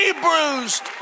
bruised